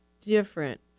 different